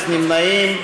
אין נמנעים.